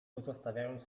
pozostawiając